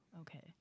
okay